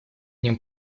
нем